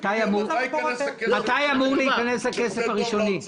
מתי ייכנס הכסף של שדה דב לאוצר?